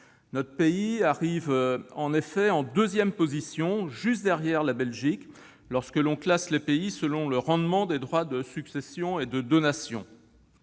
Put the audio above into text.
Notre pays arrive ainsi en deuxième position, juste derrière la Belgique, lorsque l'on classe les pays selon le rendement des droits de succession et de donation.